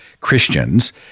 Christians